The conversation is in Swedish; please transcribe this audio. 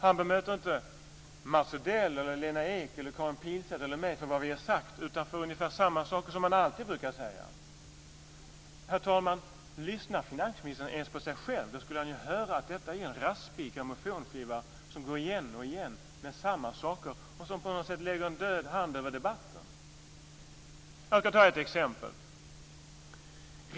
Han bemöter inte Mats Odell, Lena Ek eller Karin Pilsäter eller mig för vad vi har sagt, utan han säger ungefär samma saker som han alltid brukar säga. Herr talman! Lyssnar finansministern ens på sig själv? Då skulle han ju höra att detta är en raspig grammofonskiva som går igen och igen med samma saker, och som på något sätt lägger en död hand över debatten. Jag kan ta ett exempel.